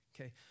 Okay